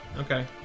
Okay